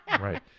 right